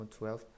12